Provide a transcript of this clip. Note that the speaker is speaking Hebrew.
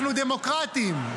אנחנו דמוקרטים.